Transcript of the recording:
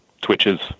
twitches